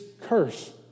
curse